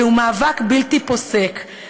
זהו מאבק בלתי פוסק,